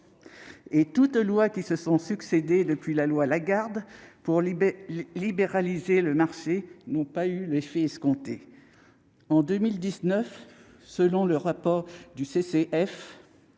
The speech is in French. réformes qui se sont succédé depuis la loi Lagarde pour libéraliser le marché n'ont pas eu l'effet escompté. En 2019, selon le rapport du CCSF,